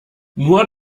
nur